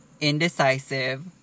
indecisive